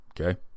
okay